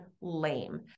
lame